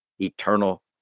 eternal